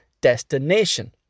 destination